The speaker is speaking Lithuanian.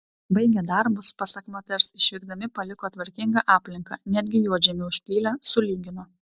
baigę darbus pasak moters išvykdami paliko tvarkingą aplinką netgi juodžemį užpylė sulygino